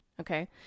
okay